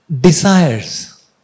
desires